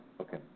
okay